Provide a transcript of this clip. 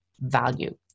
value